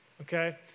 okay